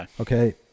Okay